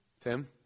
Tim